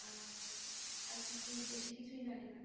আর আর কিছুই বেশি কিছুই জানি না